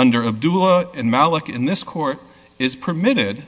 under a malak in this court is permitted